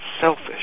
selfish